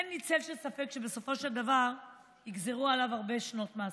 אין לי צל של ספק שבסופו של דבר ייגזרו עליו הרבה שנות מאסר,